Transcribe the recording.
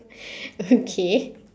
okay